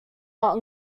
not